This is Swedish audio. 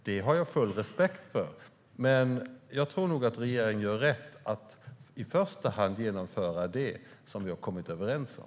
Det har jag full respekt för, men jag tror nog att regeringen gör rätt i att i första hand genomföra det som vi har kommit överens om.